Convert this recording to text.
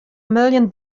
million